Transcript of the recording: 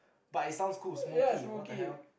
but it sounds cool smokey what the hell